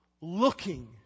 Looking